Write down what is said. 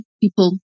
people